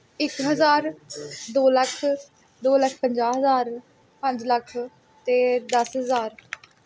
ਇੱਕ ਹਜ਼ਾਰ ਦੋ ਲੱਖ ਦੋ ਲੱਖ ਪੰਜਾਹ ਹਜ਼ਾਰ ਪੰਜ ਲੱਖ ਅਤੇ ਦਸ ਹਜ਼ਾਰ